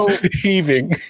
heaving